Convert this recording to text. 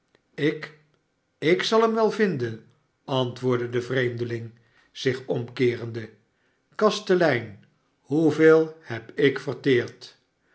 ik ik zal hem wel vinden antwoordde de vreemdeling zich omkeerende kastelein hoeveel heb ik verteerd